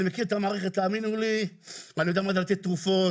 אני מכיר את המערכת ואני יודע מה זה לתת תרופות,